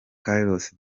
carlos